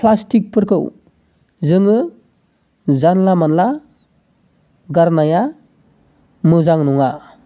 प्लास्टिकफोरखौ जोङो जानला मानला गारनाया मोजां नङा